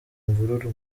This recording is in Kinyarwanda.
imvururu